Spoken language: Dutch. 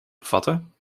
bevatten